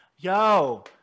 yo